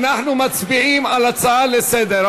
אנחנו מצביעים על הצעה לסדר-היום.